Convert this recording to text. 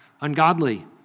ungodly